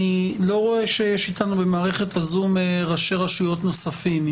אני לא רואה שיש איתנו במערכת הזום ראשי רשויות נוספים.